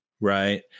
right